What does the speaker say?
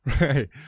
Right